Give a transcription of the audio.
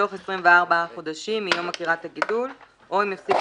בתוך 24 חודשים מיום עקירת הגידול או אם יפסיק